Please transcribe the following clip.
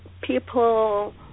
people